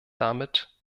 damit